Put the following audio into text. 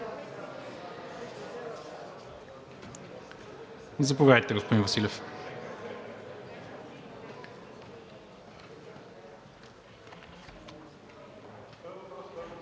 Заповядайте, господин Василев.